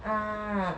ah